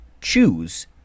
choose